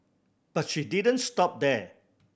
but she didn't stop there